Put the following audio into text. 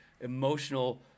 emotional